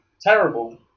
Terrible